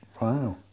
Wow